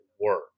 work